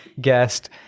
guest